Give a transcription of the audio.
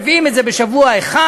ומביאים את זה בשבוע אחד,